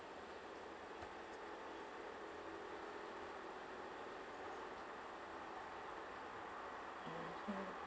mmhmm